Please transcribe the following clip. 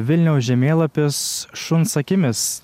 vilniaus žemėlapis šuns akimis